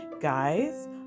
guys